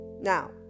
now